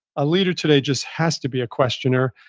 a leader today just has to be a questioner,